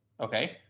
Okay